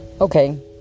Okay